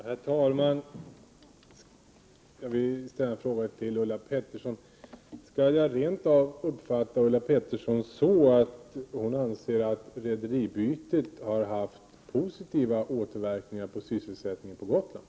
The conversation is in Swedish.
Herr talman! Jag vill ställa en fråga till Ulla Pettersson: Skall jag rent av uppfatta Ulla Pettersson så, att hon anser att rederibytet har haft positiva återverkningar för sysselsättningen på Gotland?